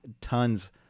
tons